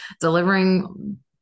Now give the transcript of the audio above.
delivering